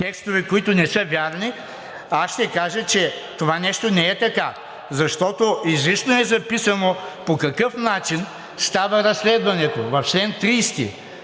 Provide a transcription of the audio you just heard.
текстове, които не са верни, аз ще кажа, че това нещо не е така, защото изрично е записано по какъв начин става разследването – в чл. 30.